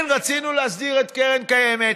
כן, רצינו להסדיר את קרן קיימת,